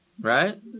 Right